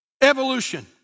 evolution